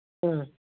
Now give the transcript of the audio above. ꯑꯥ